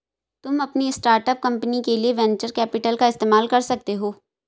तुम अपनी start up company के लिए वेन्चर कैपिटल का इस्तेमाल कर सकते हो